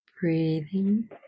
Breathing